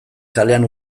kalean